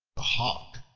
the hawk,